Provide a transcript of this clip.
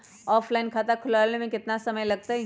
Offline खाता खुलबाबे में केतना समय लगतई?